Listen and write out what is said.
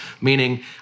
Meaning